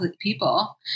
people